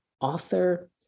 author